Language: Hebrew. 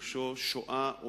פירושו שואה או